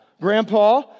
grandpa